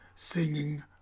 singing